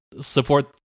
support